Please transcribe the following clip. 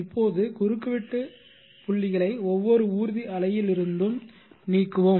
இப்போது குறுக்குவெட்டு புள்ளிகளைக் ஒவ்வொரு ஊர்தி அலையில் இருந்தும் நீக்குவோம்